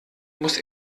muss